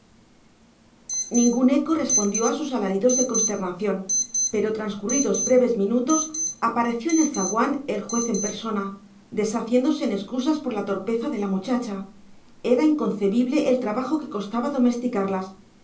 eco respondió a sus alaridos de consternación pero transcurridos breves minutos apareció en el zaguán el juez en persona deshaciéndose en excusas por la torpeza de la muchacha era inconcebible el trabajo que costaba domesticarlas